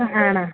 ഹ് ആണോ